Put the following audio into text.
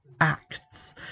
acts